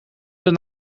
den